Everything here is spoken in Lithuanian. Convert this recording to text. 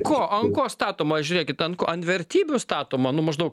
ko ant ko statoma žiūrėkit ant ko ant vertybių statoma nu maždaug